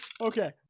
Okay